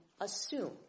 assume